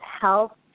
health